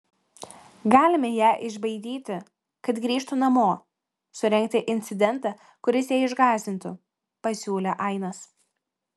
galime ją išbaidyti kad grįžtų namo surengti incidentą kuris ją išgąsdintų pasiūlė ainas